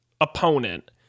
opponent